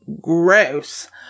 gross